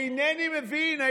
אינני מבין.